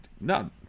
no